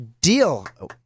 Deal